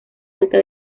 alta